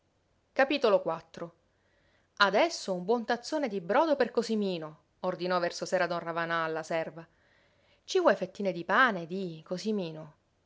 vero cuore adesso un buon tazzone di brodo per cosimino ordinò verso sera don ravanà alla serva ci vuoi fettine di pane di cosimino